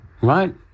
right